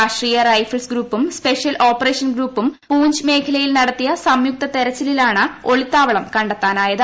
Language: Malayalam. രാഷ്ട്രീയ റൈഫിൾസ് ട്രൂപ്പും സ്പെഷ്യൽ ഓപ്പറേഷൻ ഗ്രൂപ്പും പൂഞ്ച് മേഖലയിൽ നടത്തിയ സംയുക്ത തെരച്ചിലിലാണ് ഒളിത്താവളം കണ്ടെത്താനായത്